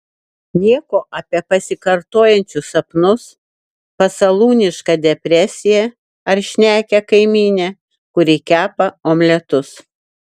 nieko apie pasikartojančius sapnus pasalūnišką depresiją ar šnekią kaimynę kuri kepa omletus